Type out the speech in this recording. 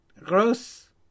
Gross